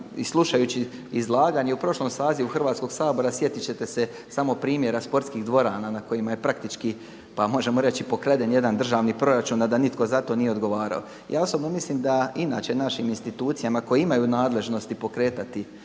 slušajući izlaganje u prošlom sazivu Hrvatskog sabora sjetit ćete se samo primjera sportskih dvorana na kojima je praktički pa možemo reći pokraden jedan državni proračun, a da nitko za to nije odgovarao. Ja osobno mislim da inače u našim institucijama koji imaju nadležnosti pokretati